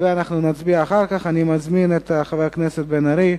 שירות המדינה (מינויים)